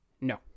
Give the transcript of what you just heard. No